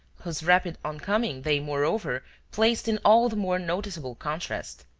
whose rapid oncoming they moreover placed in all the more noticeable contrast.